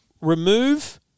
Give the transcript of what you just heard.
remove